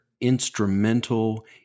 instrumental